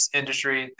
industry